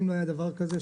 בחיים לא היה דבר כזה,